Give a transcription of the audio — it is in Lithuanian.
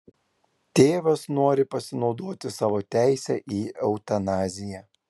tėvas nori pasinaudoti savo teise į eutanaziją